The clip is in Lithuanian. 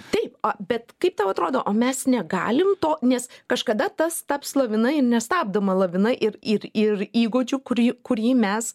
taip a bet kaip tau atrodo o mes negalim to nes kažkada tas taps lavina nestabdoma lavina ir ir ir įgūdžiu kurį kurį mes